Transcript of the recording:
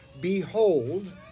behold